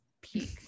peak